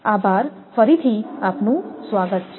આભારફરીથી આપનું સ્વાગત છે